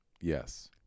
Yes